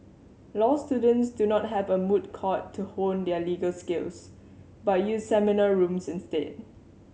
law students do not have a moot court to hone their legal skills but use seminar rooms instead